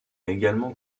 également